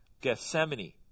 Gethsemane